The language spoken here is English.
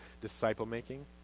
disciple-making